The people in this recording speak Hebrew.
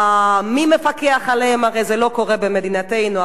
מי מפקח עליהם, הרי זה לא קורה במדינתנו.